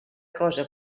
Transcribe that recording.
cosa